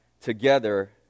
together